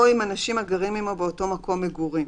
או עם אנשים הגרים עמו באותו מקום מגורים,